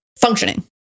functioning